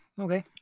Okay